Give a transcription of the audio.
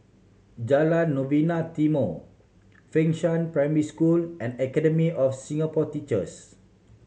Jalan Novena Timor Fengshan Primary School and Academy of Singapore Teachers